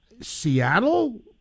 Seattle